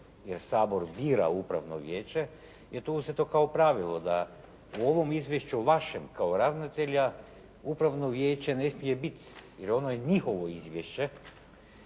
jer Sabor bira upravno vijeće, je to uzeto kao pravilo da u ovom izvješću vašem kao ravnatelja, upravno vijeće ne smije biti jer ono je njihovo izvješće,